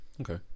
okay